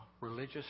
religious